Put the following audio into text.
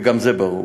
וגם זה ברור.